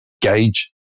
gauge